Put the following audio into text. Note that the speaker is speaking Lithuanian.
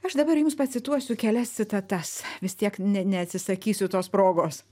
aš dabar jums pacituosiu kelias citatas vis tiek ne neatsisakysiu tos progos